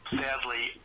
sadly